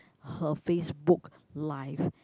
her Facebook live